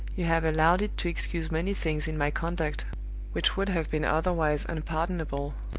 you have allowed it to excuse many things in my conduct which would have been otherwise unpardonable,